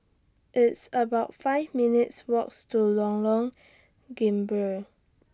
It's about five minutes' Walks to Lorong Gambir